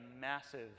massive